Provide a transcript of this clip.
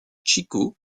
chico